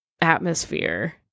atmosphere